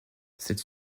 cette